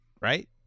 right